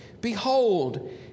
behold